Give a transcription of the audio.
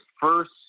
first